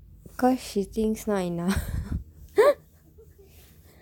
cause she thinks not enough